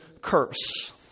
curse